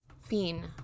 Fiend